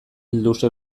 luze